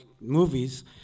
movies